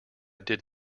did